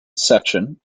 section